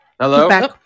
hello